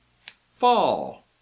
Fall